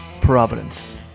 Providence